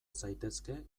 zaitezke